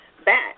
Back